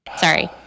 Sorry